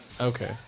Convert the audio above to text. Okay